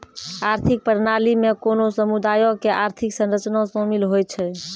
आर्थिक प्रणाली मे कोनो समुदायो के आर्थिक संरचना शामिल होय छै